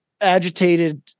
agitated